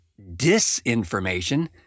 disinformation